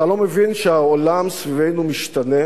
אתה לא מבין שהעולם סביבנו משתנה,